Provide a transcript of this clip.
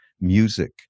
music